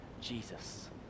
Jesus